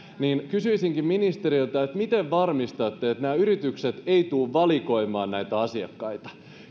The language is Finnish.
niin kysyisinkin ministeriltä miten varmistatte että nämä yritykset eivät tule valikoimaan näitä asiakkaita